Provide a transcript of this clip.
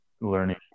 learning